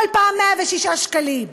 ובכל פעם 106 שקלים,